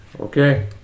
Okay